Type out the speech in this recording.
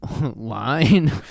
line